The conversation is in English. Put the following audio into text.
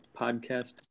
podcast